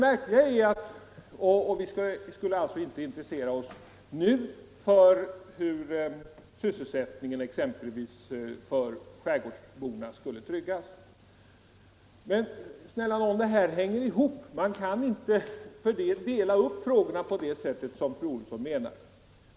Vi skulle alltså inte nu intressera oss för hur exempelvis sysselsättningen för skärgårdsborna skulle tryggas. Men det här hänger ju ihop. Man kan inte dela upp frågorna på det sätt som fru Olsson i Hölö menar.